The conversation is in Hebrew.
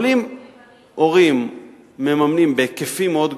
אבל אם הורים מממנים בהיקפים מאוד גדולים,